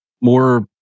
more